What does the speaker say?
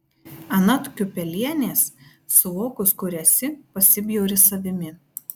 anot kiupelienės suvokus kur esi pasibjauri savimi